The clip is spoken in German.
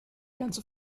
ganze